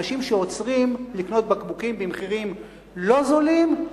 אנשים שעוצרים לקנות בקבוקים במחירים לא זולים,